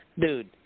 Dude